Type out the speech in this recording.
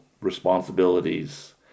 responsibilities